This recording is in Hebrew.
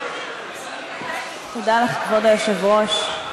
תודה לך, כבוד היושב-ראש.